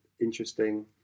interesting